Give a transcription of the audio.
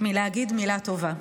בלומר מילה טובה.